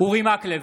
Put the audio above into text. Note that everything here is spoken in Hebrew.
אורי מקלב,